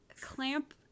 Clamp